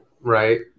Right